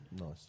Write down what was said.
Nice